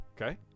Okay